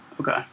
Okay